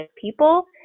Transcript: people